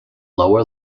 lower